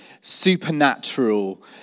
Supernatural